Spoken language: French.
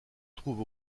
trouve